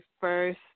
first